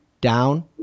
down